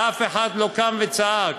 ואף אחד לא קם וצעק,